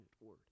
word